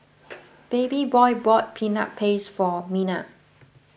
Babyboy bought Peanut Paste for Mina